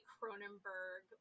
Cronenberg